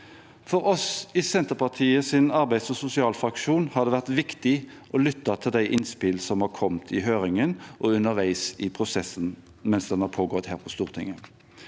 For oss i Senterpartiets arbeids- og sosialfraksjon har det vært viktig å lytte til de innspill som har kommet i høringen og underveis i prosessen mens den har pågått her på Stortinget.